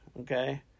okay